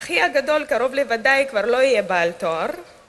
אחי הגדול קרוב לוודאי כבר לא יהיה בעל תואר